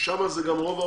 שם גם נמצאים